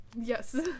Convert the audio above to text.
Yes